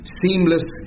seamless